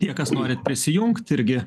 tie kas norit prisijungt irgi